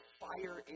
fire